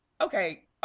Okay